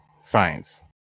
science